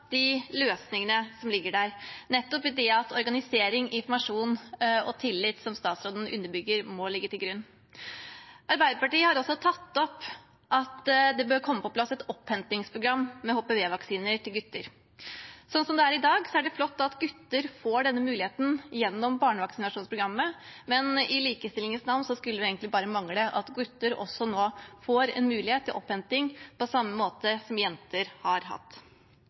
de løsningene som ligger der, at organisering, informasjon og tillit – som statsråden underbygger – må ligge til grunn. Arbeiderpartiet har også tatt opp at det bør komme på plass et opphentingsprogram med HPV-vaksiner til gutter. Slik det er i dag, er det flott at gutter får denne muligheten gjennom barnevaksinasjonsprogrammet, men i likestillingens navn skulle det egentlig bare mangle at gutter nå får en mulighet til opphenting på samme måte som jenter har hatt.